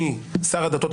החל משר הדתות,